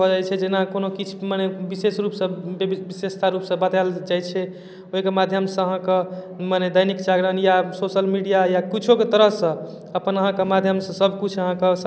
आ टाइम बढ़तै तऽ आओर काज कै लेबै आओर कै लेबै आओर करे बला टाइम बचतै तऽ कोन काज छै सब काज कै लेबै हमर काज नहि छै टाइम बचेनाइ कऽ सब किछु निमेरा भए जेतै तऽ टाइम बचतै तऽ अपन काज कै लेबै